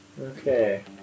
Okay